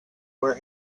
where